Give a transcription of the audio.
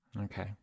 Okay